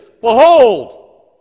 Behold